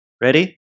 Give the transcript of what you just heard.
Ready